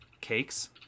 cakes